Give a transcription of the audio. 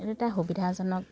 এই দুটা সুবিধাজনক